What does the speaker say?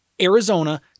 Arizona